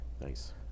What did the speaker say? Nice